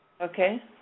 Okay